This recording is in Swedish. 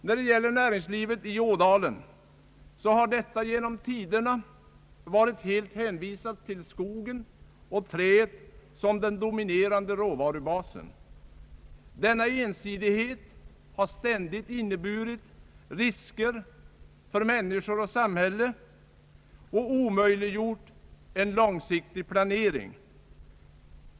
När det gäller näringslivet i Ådalen har detta genom tiderna varit helt hänvisat till skogen och träet som den dominerande råvarubasen. Denna ensidighet har ständigt inneburit risker för människor och samhälle och omöjliggjort en långsiktig planering.